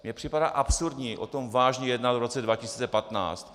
Mně připadá absurdní o tom vážně jednat v roce 2015.